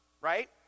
Right